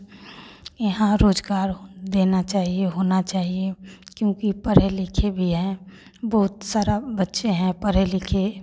यहाँ रोज़गार हो देना चाहिए होना चाहिए क्योंकि पढ़े लिखे भी हैं बहुत सारा बच्चे हैं पढ़े लिखे